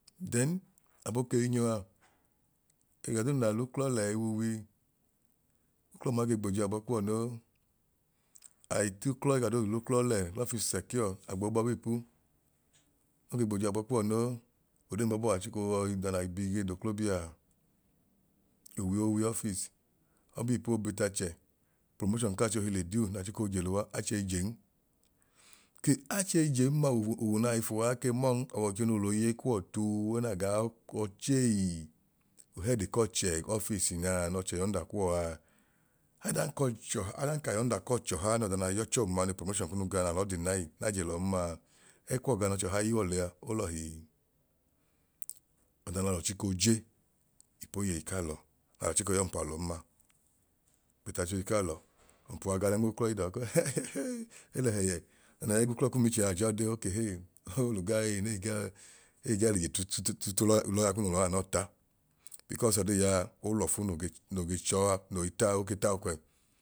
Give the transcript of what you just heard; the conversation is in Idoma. Then abo kei nyọaa ẹga doodu naa l'uklọ le iwuwi uklọ ọma ige gboji abọ kuwọ no. Ai t'uklọ ẹga doodu l'klọ le l'office secure na gboo bọbi ipu oge gboji agọ kuwọ noo. Odee mbabọọaa achiko yọi dala igbihi yọi d'oklobia uwi owi office, ọbiipu obi t'achẹ promotion k'achohi le due naa chiko jeluwa achee jen ke achee jen ma ovu owu nai fua ake mọọn ọwọicho noo loyeyi kuwọ tuu ẹẹnaa gaa ochei head k'ọchẹ office nyaa n'ọchẹ y'under kuwọ aa adan k'ọchọ adan ka y'under k'ọchọha nọọda nai yọchọma n'upromotion kunu ga naa lọ deny na jelọọn ma ẹkuwọ ga n'ọchọha yuọ liyaa olọhii? Ọda naa lọ chiko je ipoyeyi k'alọ ọda n'alọ chiko yaompalọn ma but achohi k'alọ ọmpuwa ga ọlẹ nm'uklọ edọọ koo e lẹhẹyẹ ọda no ẹk'uklọ kum ichẹ ajọọ dee oke hee olu guy ei nee gaa ee gaa l'ije tututu lọya ulọya kunu lọọ anọọ ta because ọdii yaa olọfu noo ge ch noo gee chọọaa noi taa oke ta ọkwẹi